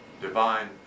divine